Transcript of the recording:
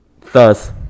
thus